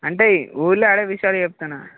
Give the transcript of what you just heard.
అంటే ఈ ఊళ్ళో ఆడే విషయాలు చెప్తున్నాను